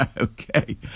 Okay